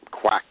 quack